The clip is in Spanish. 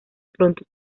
pronto